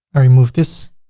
i remove this.